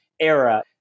era